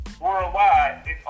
worldwide